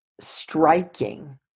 striking